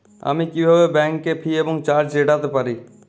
আমি কিভাবে bank fee এবং চার্জ এড়াতে পারি?